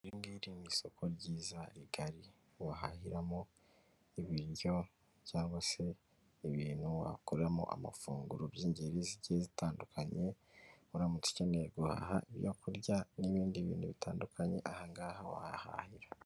Iri ngiri ni isoko ryiza rigari wahahiramo ibiryo cyangwa se ibintu wakoramo amafunguro by'ingeri zigiye zitandukanye, uramutse ukeneye guhaha ibyo kurya n'ibindi bintu bitandukanye ahangaha wahahira.